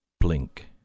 Blink